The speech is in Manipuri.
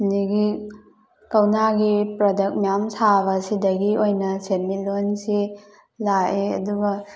ꯑꯗꯒꯤ ꯀꯧꯅꯥꯒꯤ ꯄ꯭ꯔꯗꯛ ꯃꯌꯥꯝ ꯁꯥꯕ ꯑꯁꯤꯗꯒꯤ ꯑꯣꯏꯅ ꯁꯦꯟꯃꯤꯠꯂꯣꯟꯁꯤ ꯂꯥꯛꯑꯦ ꯑꯗꯨꯒ